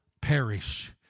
perish